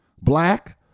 Black